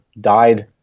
died